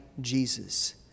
Jesus